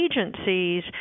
agencies